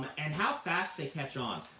and how fast they catch on.